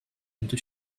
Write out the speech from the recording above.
into